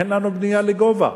אין לנו בנייה לגובה.